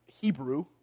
Hebrew